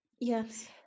Yes